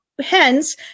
Hence